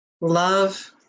love